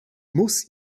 muss